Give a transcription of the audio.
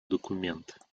документ